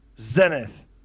Zenith